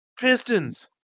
Pistons